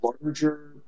larger